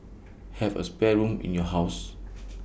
have A spare room in your house